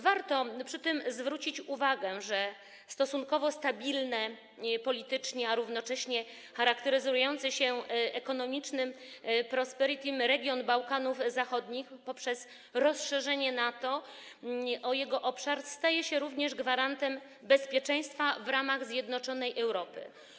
Warto przy tym zwrócić uwagę, że stosunkowo stabilny politycznie, a równocześnie charakteryzujący się ekonomicznym prosperity region Bałkanów Zachodnich, poprzez rozszerzenie NATO o jego obszar, staje się gwarantem bezpieczeństwa w ramach zjednoczonej Europy.